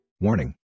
Warning